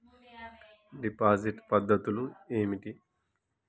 Deposit పద్ధతులు ఏమిటి?